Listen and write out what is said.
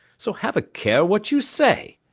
so have a care what you say.